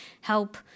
help